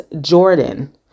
jordan